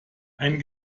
ein